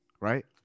Right